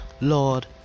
Lord